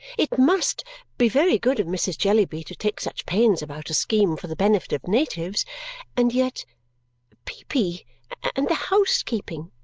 it must be very good of mrs. jellyby to take such pains about a scheme for the benefit of natives and yet peepy and the housekeeping!